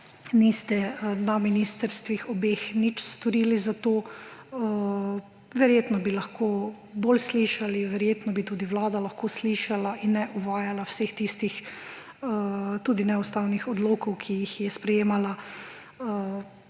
niste na obeh ministrstvih nič storili za to. Verjetno bi lahko bolj slišali, verjetno bi tudi Vlada lahko slišala in ne uvajala vseh tistih, tudi neustavnih odlokov, ki jih je sprejemala,